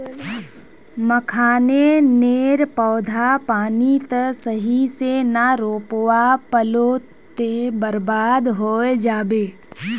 मखाने नेर पौधा पानी त सही से ना रोपवा पलो ते बर्बाद होय जाबे